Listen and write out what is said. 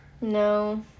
no